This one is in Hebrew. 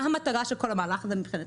מה המטרה של כל המהלך הזה מבחינתנו?